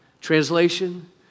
Translation